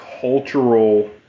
Cultural